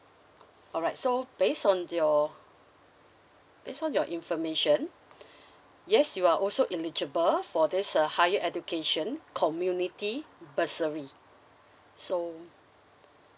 alright so based on your based on your information yes you are also eligible for this uh higher education community bursary so